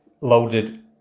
loaded